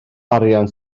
arian